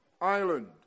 island